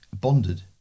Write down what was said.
bonded